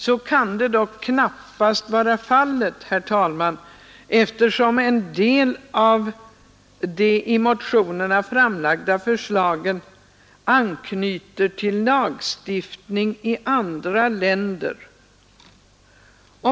Så kan dock knappast vara fallet eftersom en del av de i motionerna framlagda förslagen anknyter till lagstiftning i andra länder.